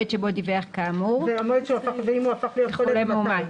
שלא מסר העתק מהדיווח למעסיק".